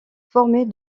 formée